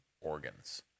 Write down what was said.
organs